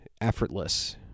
effortless